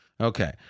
Okay